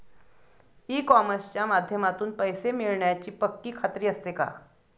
E कॉमर्सच्या माध्यमातून पैसे मिळण्याची पक्की खात्री असते का?